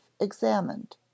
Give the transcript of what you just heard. examined